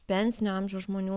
pensinio amžiaus žmonių